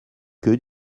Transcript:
que